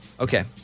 Okay